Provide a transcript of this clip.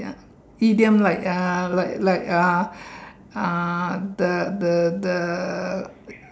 item lay ah lay ah ah the the the